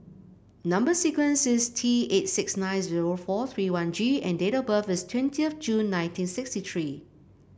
number sequence is T eight six nine zero four three one G and date of birth is twenty of June nineteen sixty three